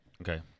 Okay